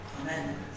Amen